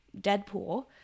Deadpool